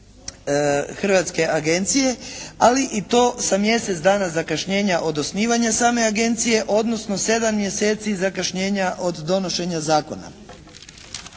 hrvatske agencije ali i to sa mjesec dana zakašnjenja od osnivanja same agencije odnosno sedam mjeseci zakašnjenja od donošenja zakona.